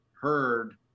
heard